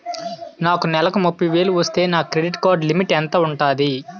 నాకు నెలకు ముప్పై వేలు వస్తే నా క్రెడిట్ కార్డ్ లిమిట్ ఎంత ఉంటాది?